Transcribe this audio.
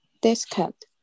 discount